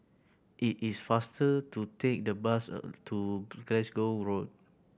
it is faster to take the bus to Glasgow Road